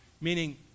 Meaning